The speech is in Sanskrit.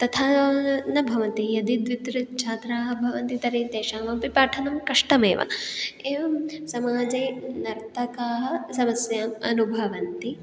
तथा न भवति यदि द्वित्रिछात्राः भवन्ति तर्हि तेषामपि पाठनं कष्टमेव एवं समाजे नर्तकाः समस्याम् अनुभवन्ति